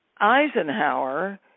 Eisenhower